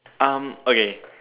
um okay